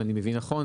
אם אני מבין נכון,